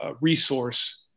resource